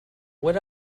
what